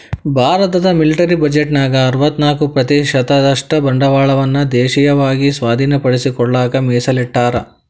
ಭಾರತದ ಮಿಲಿಟರಿ ಬಜೆಟ್ನ್ಯಾಗ ಅರವತ್ತ್ನಾಕ ಪ್ರತಿಶತದಷ್ಟ ಬಂಡವಾಳವನ್ನ ದೇಶೇಯವಾಗಿ ಸ್ವಾಧೇನಪಡಿಸಿಕೊಳ್ಳಕ ಮೇಸಲಿಟ್ಟರ